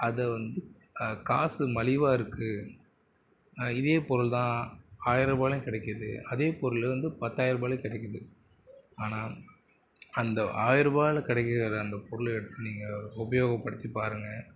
அதை வந்து காசு மலிவாயிருக்கு இதே பொருள்தான் ஆயிரம் ரூபாலேயும் கிடைக்குது அதே பொருள் வந்து பத்தாயிரம் ரூபாலேயும் கிடைக்கிது ஆனால் அந்த ஆயிரம் ரூபாயில் கிடைக்கிற அந்த பொருள் எடுத்து நீங்கள் உபயோகப்படுத்தி பாருங்க